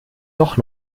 doch